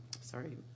sorry